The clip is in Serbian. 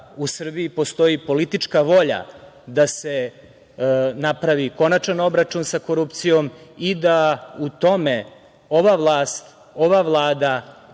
u Srbiji postoji politička volja da se napravi konačan obračun sa korupcijom i da u tome ova vlast, ova Vlada,